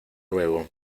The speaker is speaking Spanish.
luego